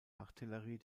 artillerie